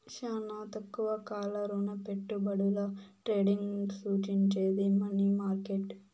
శానా తక్కువ కాల రుణపెట్టుబడుల ట్రేడింగ్ సూచించేది మనీ మార్కెట్